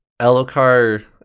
Elokar